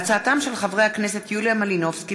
בהצעתם של חברי הכנסת יוליה מלינובסקי,